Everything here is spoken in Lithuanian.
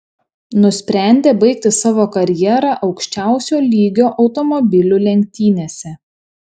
nusprendė baigti savo karjerą aukščiausio lygio automobilių lenktynėse